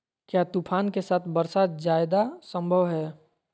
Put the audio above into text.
क्या तूफ़ान के साथ वर्षा जायदा संभव है?